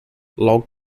log